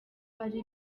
hari